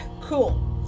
cool